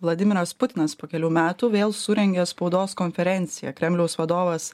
vladimiras putinas po kelių metų vėl surengė spaudos konferenciją kremliaus vadovas